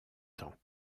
ans